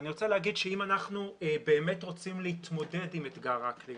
אני רוצה לומר שאם אנחנו באמת רוצים להתמודד עם אתגר האקלים